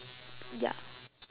ya